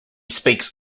speaks